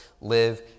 Live